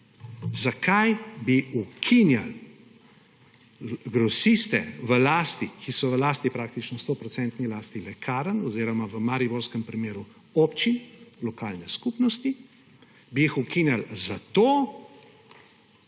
zakaj bi ukinjali grosiste, ki so praktično v lasti 100 % lasti lekarn oziroma v mariborskem primeru občin, lokalne skupnosti. Bi jih ukinili zato,